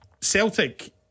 Celtic